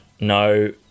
No